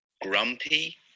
Grumpy